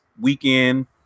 weekend